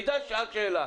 עידן שאל שאלה.